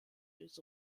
des